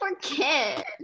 forget